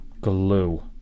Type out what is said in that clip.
glue